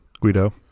Guido